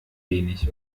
wenig